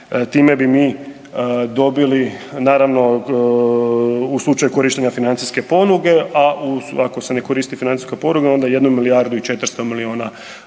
Time bi mi dobili naravno u slučaju korištenja financijske poluge, ako se ne koristi financijska poluga onda jednu milijardu i 400 milijuna kuna,